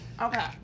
Okay